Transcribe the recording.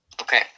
Okay